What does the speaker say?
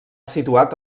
situat